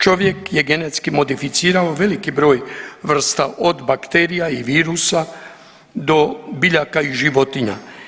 Čovjek je genetski modificirao veliki broj vrsta, od bakterija i virusa, do biljaka i životinja.